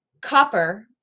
Copper